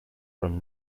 from